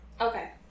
okay